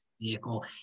vehicle